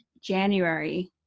January